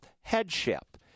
headship